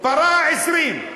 פרה, 20,